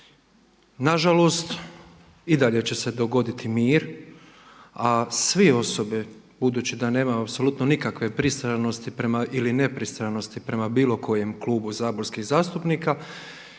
Na žalost i dalje će se dogoditi mir, a svi osobe budući da nema apsolutno nikakve pristranosti ili nepristranosti prema bilo kojem klubu saborskih zastupnika